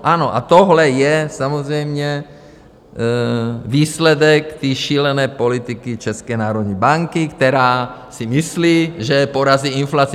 Ano, tohle je samozřejmě výsledek šílené politiky České národní banky, která si myslí, že porazí inflaci.